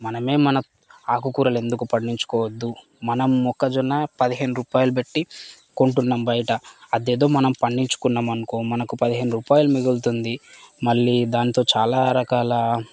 మనమే మన ఆకుకూరలెందుకు పండించుకోవద్దు మనం మొక్కజొన్న పదిహేను రూపాయలు పెట్టి కొంటున్నాం బయట అదేదో మనం పండించుకున్నామనుకో మనకు పదిహేను రూపాయలు మిగులుతుంది మళ్ళీ దాంతో చాలా రకాల